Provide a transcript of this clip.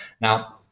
Now